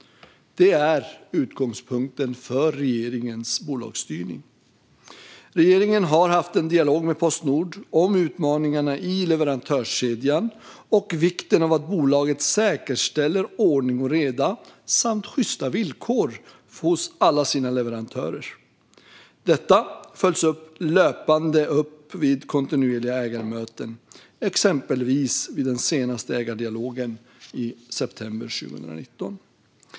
Det är utgångspunkten för regeringens bolagsstyrning. Regeringen har haft en dialog med Postnord om utmaningarna i leverantörskedjan och vikten av att bolaget säkerställer ordning och reda samt sjysta villkor hos alla sina leverantörer. Detta följs löpande upp vid kontinuerliga ägarmöten, exempelvis vid den senaste ägardialogen i september 2019.